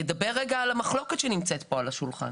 ידבר רגע על המחלוקת שנמצאת פה על השולחן.